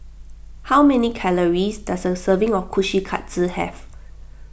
how many calories does a serving of Kushikatsu have